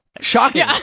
shocking